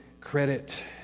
credit